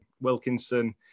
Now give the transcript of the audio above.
Wilkinson